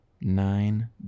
nine